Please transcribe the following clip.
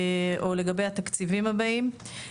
או לגבי התקציבים הבאים.